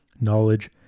knowledge